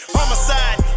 Homicide